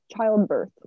childbirth